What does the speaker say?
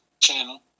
channel